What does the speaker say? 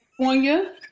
California